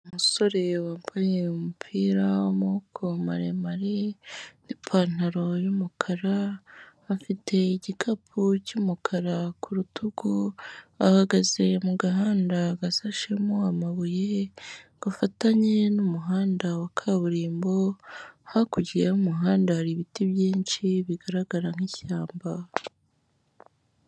Umusore wambaye umupira w'amaboko maremare, n'ipantaro y'umukara, afite igikapu cy'umukara ku rutugu, ahagaze mu gahanda ga sashemo amabuye, gafatanye umuhanda wa kaburimbo, hakurya y'umuhanda hari ibiti byinshi bigaragara nkishyamba.